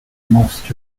most